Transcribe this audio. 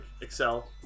excel